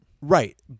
Right